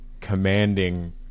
commanding